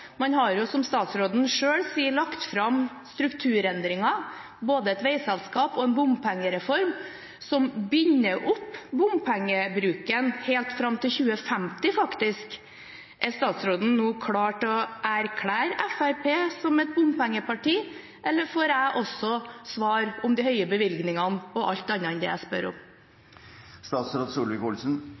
Man har, som statsråden selv sier, lagt fram strukturendringer, både et veiselskap og en bompengereform, som binder opp bompengebruken, faktisk helt fram til 2050. Er statsråden nå klar til å erklære Fremskrittspartiet som et bompengeparti, eller får jeg også svar om de høye bevilgningene og alt annet enn det jeg spør